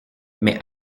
mais